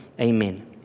Amen